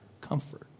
comfort